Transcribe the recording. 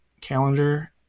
calendar